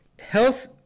health